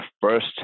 first